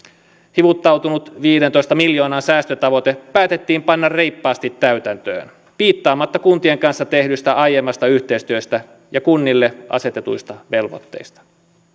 hivuttautunut viidentoista miljoonan säästötavoite päätettiin panna reippaasti täytäntöön piittaamatta kuntien kanssa tehdystä aiemmasta yhteistyöstä ja kunnille asetetuista velvoitteista